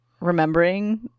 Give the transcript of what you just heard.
remembering